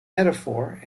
metaphor